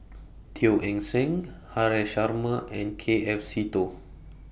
Teo Eng Seng Haresh Sharma and K F Seetoh